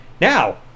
Now